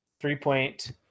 three-point